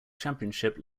championship